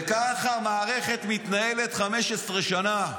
וככה מערכת מתנהלת 15 שנה.